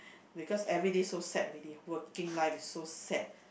because everyday so sad already working life is so sad